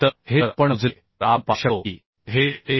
तर हे जर आपण मोजले तर आपण पाहू शकतो की हे 1